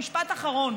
משפט אחרון.